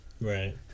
Right